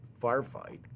firefight